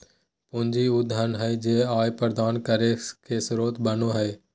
पूंजी उ धन हइ जे आय प्रदान करे के स्रोत बनो हइ